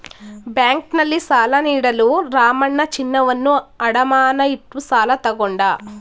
ಬ್ಯಾಂಕ್ನಲ್ಲಿ ಸಾಲ ನೀಡಲು ರಾಮಣ್ಣ ಚಿನ್ನವನ್ನು ಅಡಮಾನ ಇಟ್ಟು ಸಾಲ ತಗೊಂಡ